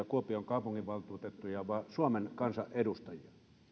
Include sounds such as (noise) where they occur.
(unintelligible) kuopion kaupunginvaltuutettuja vai suomen kansan edustajia